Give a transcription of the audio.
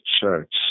church